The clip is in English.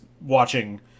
watching